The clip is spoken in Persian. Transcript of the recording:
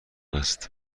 است